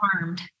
armed